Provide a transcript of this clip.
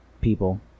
people